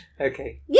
Okay